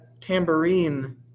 tambourine